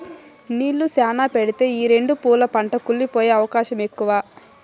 నీళ్ళు శ్యానా పెడితే ఈ సెండు పూల పంట కుళ్లి పోయే అవకాశం ఎక్కువ